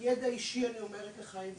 ואני אומרת לך,